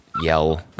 yell